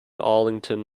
arlington